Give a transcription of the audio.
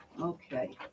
Okay